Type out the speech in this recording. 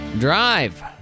drive